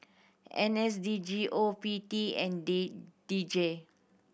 N S D G O P T and day D J